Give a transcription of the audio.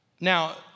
Now